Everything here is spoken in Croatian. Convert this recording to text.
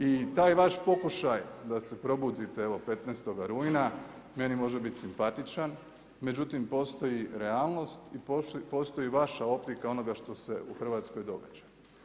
I taj vaš pokušaj da se probudite evo 15. rujna, meni može biti simpatičan, međutim postoji realnost i postoji vaša optika onoga što se u Hrvatskoj događa.